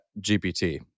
GPT